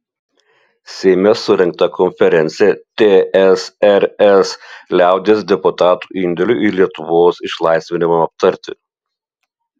seime surengta konferencija tsrs liaudies deputatų indėliui į lietuvos išsilaisvinimą aptarti